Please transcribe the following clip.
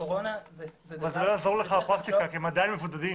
הקורונה --- זה לא יעזור לך כי הם עדיין מבודדים.